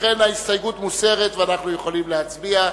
לכן, ההסתייגות מוסרת ואנחנו יכולים להצביע.